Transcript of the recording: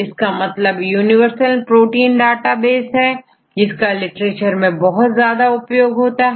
इसका मतलब universal protein database होता है जिसका लिटरेचर में बहुत ज्यादा उपयोग है